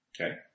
Okay